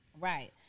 Right